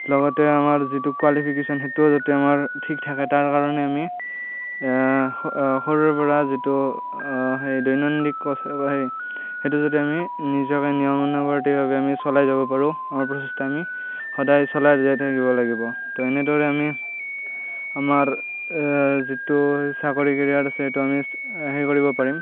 লগতে আমাৰ যিটো কুৱালিফিকেশ্য়ন সেইটোও যাতে আমাৰ ঠিক থাকে তাৰ কাৰণে আমি স সৰুৰে পৰা যিটো সেই দৈনন্দিন কথা কোৱা সেই সেইটো যদি আমি নিজকে নিয়মানুৱৰ্তিভাৱে আমি চলাই যাব পাৰোঁ আমাৰ প্ৰচেষ্টা আমি সদায় চলাই যাই থাকিব লাগিব তো এনেদৰে আমি আমাৰ যিটো চাকৰি কেৰিয়াৰ আছে সেইটো আমি সেই কৰিব পাৰিম